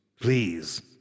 Please